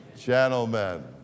gentlemen